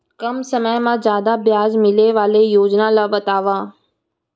कम समय मा जादा ब्याज मिले वाले योजना ला बतावव